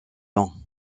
lent